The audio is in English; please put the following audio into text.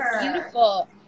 Beautiful